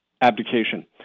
abdication